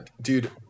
Dude